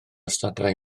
stadau